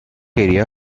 area